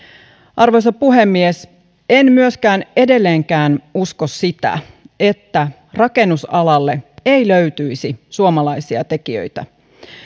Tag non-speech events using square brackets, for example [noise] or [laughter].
arvoisa puhemies en myöskään edelleenkään usko sitä että rakennusalalle [unintelligible] ei löytyisi suomalaisia tekijöitä